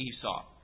Esau